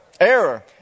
error